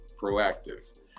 proactive